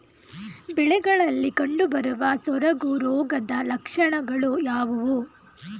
ಬೆಳೆಗಳಲ್ಲಿ ಕಂಡುಬರುವ ಸೊರಗು ರೋಗದ ಲಕ್ಷಣಗಳು ಯಾವುವು?